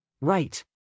Right